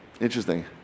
Interesting